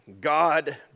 God